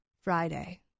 Friday